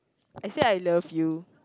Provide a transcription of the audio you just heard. I say I love you